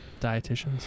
Dietitians